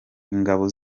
ingabo